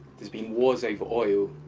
there's been wars over oil.